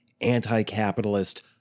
anti-capitalist